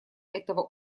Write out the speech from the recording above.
этого